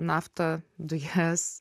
naftą dujas